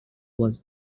was